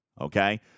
Okay